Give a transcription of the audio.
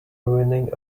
ruining